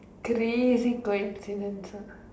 three is it coincidence ah